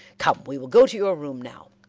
come, we will go to your room now.